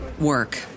work